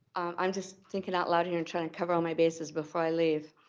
i'm just thinking out loud here and trying to cover all my bases before i leave.